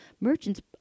merchants